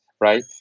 right